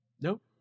nope